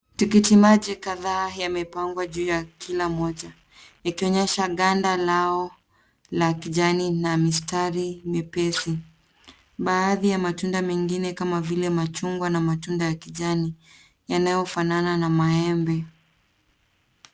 Tikitimaji kadhaa yamepangwa juu ya kila mmoja yakionyesha ganda lao la kijani na mistari mepesi, baadhi ya matunda mengine kama vile machungwa na matunda ya kijani yanayofanana na maembe.